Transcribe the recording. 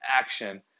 action